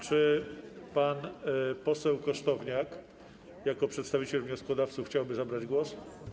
Czy pan poseł Kosztowniak jako przedstawiciel wnioskodawców chciałby zabrać głos?